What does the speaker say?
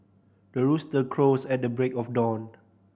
the rooster crows at the break of dawn